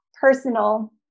personal